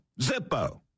Zippo